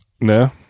No